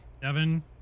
Devin